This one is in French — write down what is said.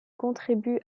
contribue